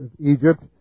Egypt